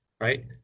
right